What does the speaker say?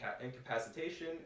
incapacitation